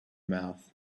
mouth